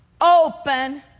open